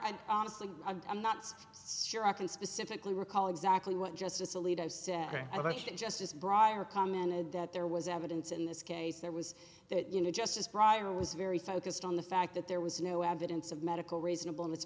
i honestly i'm not sure i can specifically recall exactly what justice alito said i think that justice brier commented that there was evidence in this case there was that you know justice prior was very focused on the fact that there was no evidence of medical reasonable and it's